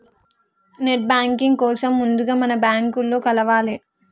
net banking కోసం ముందుగా మనం బ్యాంకులో కలవాలే